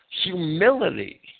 humility